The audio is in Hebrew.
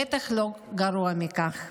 בטח לא גרוע מכך.